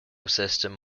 system